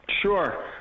Sure